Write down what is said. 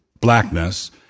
blackness